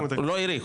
הוא לא האריך,